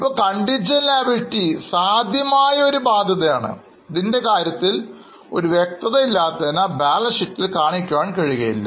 ഇപ്പോൾ Contingent liability സാധ്യമായ ഒരു ബാധ്യതയാണ് ഇതിൻറെ കാര്യത്തിൽ ഒരു വ്യക്തത ഇല്ലാത്തതിനാൽ ബാലൻസ് ഷീറ്റിൽ കാണിക്കാൻ കഴിയുകയില്ല